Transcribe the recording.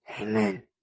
Amen